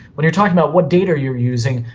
when you are talking about what data you are using,